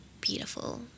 beautiful